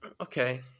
Okay